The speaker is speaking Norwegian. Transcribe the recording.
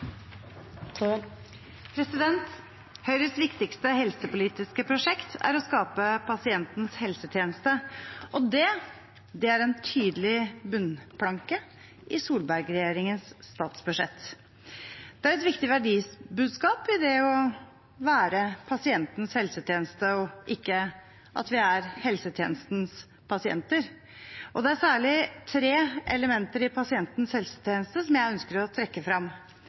å skape pasientens helsetjeneste. Det er en tydelig bunnplanke i Solberg-regjeringens statsbudsjett. Det er et viktig verdibudskap i det å være pasientens helsetjeneste og ikke helsetjenestens pasienter. Det er særlig tre elementer i pasientens helsetjeneste som jeg ønsker å trekke